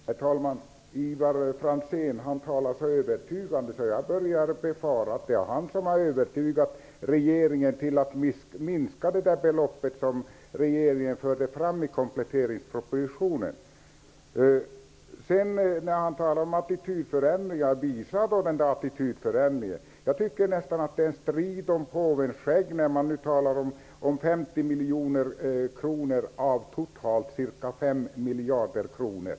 Herr talman! Ivar Franzén talar så övertygande att jag nog befarar att han har övertygat regeringen om det minskade belopp som framgår av kompletteringspropositionen. Ivar Franzén talar om attitydförändringar. Men visa då en sådan! Jag tycker att det nästan börjar bli en strid om påvens skägg. Man talar ju om 50 miljoner kronor av totalt ca 5 miljarder kronor.